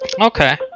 Okay